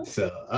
so,